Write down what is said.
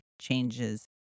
changes